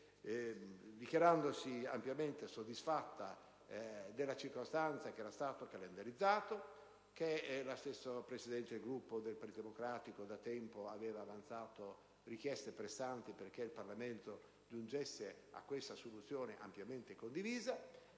dichiarandosi ampiamente soddisfatta della circostanza che il provvedimento fosse stato calendarizzato. La stessa Presidente del Gruppo del Partito Democratico aveva da tempo avanzato richieste pressanti perché il Parlamento giungesse a questa soluzione, ampiamente condivisa.